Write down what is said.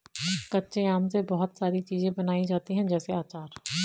कच्चे आम से बहुत सारी चीज़ें बनाई जाती है जैसे आचार